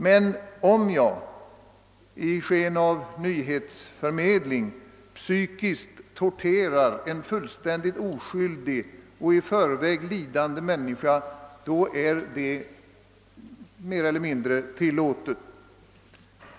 Men om jag i sken av nyhetsförmedling psykiskt torterar en fullständigt oskyldig och redan lidande människa, då är det mer eller mindre tillåtet.